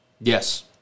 Yes